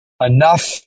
enough